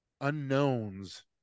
unknowns